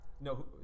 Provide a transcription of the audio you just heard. No